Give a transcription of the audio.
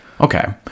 Okay